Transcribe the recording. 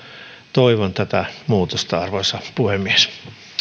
toivon tätä muutosta arvoisa puhemies